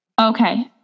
Okay